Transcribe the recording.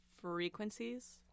frequencies